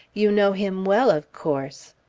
you know him well, of course.